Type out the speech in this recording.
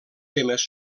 temes